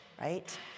right